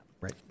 right